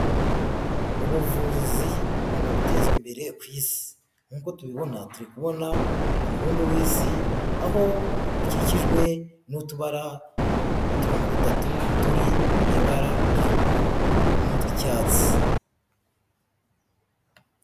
Ubuvuzi bugomba gutezwa imbere ku isi. Nkuko tubibona, turi kubona umubumbe w'isi, aho ukikijwe n'utubara, uturongo dutatu turi mu ibara ry'ubururu n'utw'icyatsi.